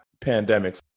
pandemics